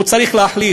הוא צריך להחליט,